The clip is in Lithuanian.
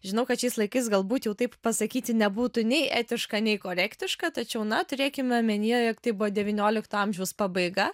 žinau kad šiais laikais galbūt jau taip pasakyti nebūtų nei etiška nei korektiška tačiau na turėkime omenyje jog tai buvo devyniolikto amžiaus pabaiga